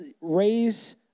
raise